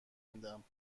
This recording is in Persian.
میدم